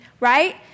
right